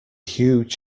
huge